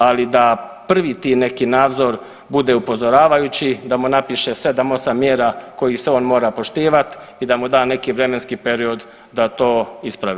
Ali da prvi ti neki nadzor bude upozoravajući, da mu napiše 7, 8 mjera kojih se on mora poštivat i da mu da neki vremenski period da to ispravi.